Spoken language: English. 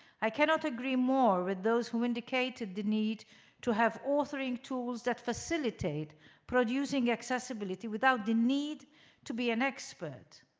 i cannot agree more with those who indicated the need to have all three and tools to facilitate producing accessibility without the need to be an expert.